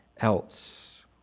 else